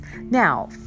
Now